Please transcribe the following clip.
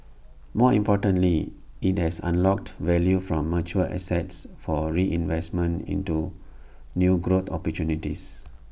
more importantly IT has unlocked value from mature assets for reinvestment into new growth opportunities